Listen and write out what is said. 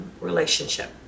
relationship